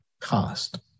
cost